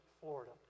Florida